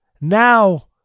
now